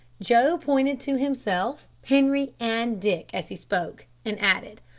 joe pointed to himself, henri, and dick as he spoke, and added,